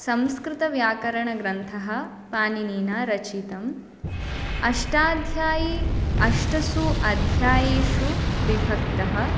संस्कृतव्याकरणग्रन्थः पाणिनिना रचितम् अष्टाध्यायी अष्टसु अध्यायेषु विभक्तः